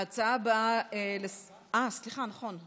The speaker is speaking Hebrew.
ההצעה הבאה, אה, סליחה, נכון.